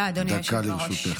בבקשה, דקה לרשותך.